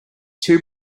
two